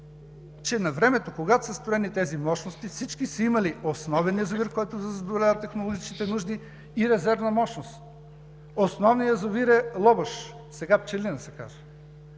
че навремето, когато са строени тези мощности, всички са имали основен язовир, който да задоволява технологичните нужди и резервната мощност. Основният язовир е „Лобуш“, сега „Пчелин“ се казва,